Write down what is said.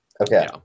Okay